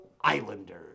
Islanders